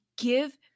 Give